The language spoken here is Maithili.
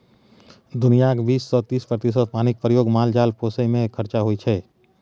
दुनियाँक बीस सँ तीस प्रतिशत पानिक प्रयोग माल जाल पोसय मे खरचा होइ छै